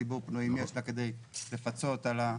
ציבור פנויים יש לה כדי לפצות על הצורך.